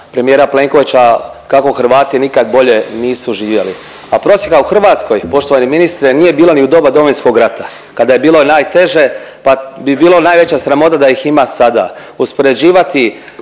premijera Plenkovića kako Hrvati nikad bolje nisu živjeli. A prosjaka u Hrvatskoj poštovani ministre nije bilo ni u doba Domovinskog rata kada je bilo najteže pa bi bila najveća sramota da ih ima sada.